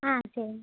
ஆ சரிங்க